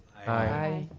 aye.